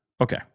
Okay